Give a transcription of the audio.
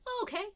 okay